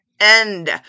end